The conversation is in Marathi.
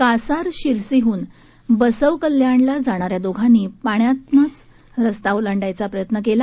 कासारशिरसीहून बसव कल्याणला जाणाऱ्या दोघांनी पाण्यातनंच रस्ता ओलांडण्याचा प्रयत्न केला